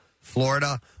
Florida